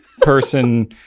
person